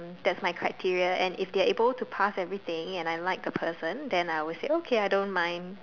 that's my criteria and if they are able to pass everything and I like the person then I would say okay I don't mind